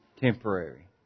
temporary